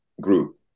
group